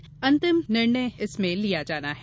इन अंतिम निर्णय लिया जाना है